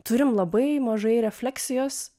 turim labai mažai refleksijos